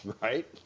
Right